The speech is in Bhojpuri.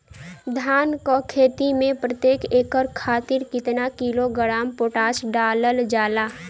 धान क खेती में प्रत्येक एकड़ खातिर कितना किलोग्राम पोटाश डालल जाला?